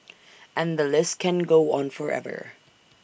and the list can go on forever